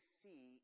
see